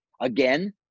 again